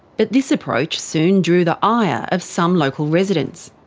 but this approach soon drew the ire of some local residents.